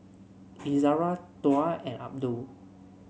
Izzara Tuah and Abdul